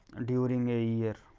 during a year.